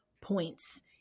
points